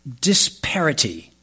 disparity